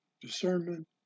discernment